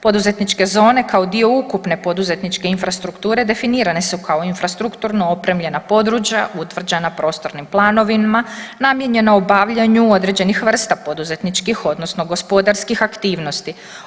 Poduzetničke zone kao dio ukupne poduzetničke infrastrukture definirane su kao infrastrukturno opremljena područja utvrđena prostornim planovima namijenjena obavljanju određenih vrsta poduzetničkih odnosno gospodarskih aktivnosti.